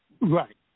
Right